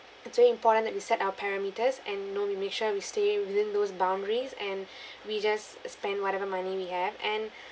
it's very important that we set our parameters and you know we make sure we stay within those boundaries and we just spend whatever money we have and